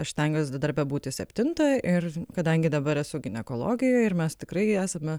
aš stengiuos darbe būti septintą ir kadangi dabar esu ginekologijoj ir mes tikrai esame